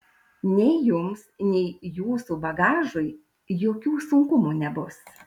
nei jums nei jūsų bagažui jokių sunkumų nebus